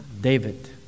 David